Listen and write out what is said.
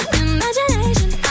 imagination